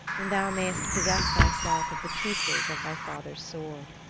when thou mayst possess thyself of the pieces of thy father's sword.